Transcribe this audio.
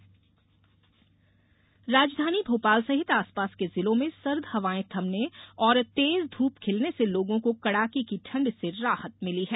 मौसम राजधानी भोपाल सहित आसपास के जिलों में सर्द हवायें थमने और तेज धूप खिलने से लोगों को कड़ाके की ठंड से राहत मिली है